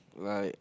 like